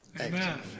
Amen